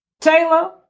Taylor